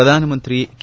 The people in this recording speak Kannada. ಪ್ರಧಾನಮಂತ್ರಿ ಕೆ